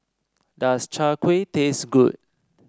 does Chai Kuih taste good